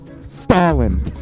Stalin